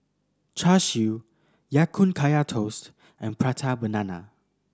Char Siu Ya Kun Kaya Toast and Prata Banana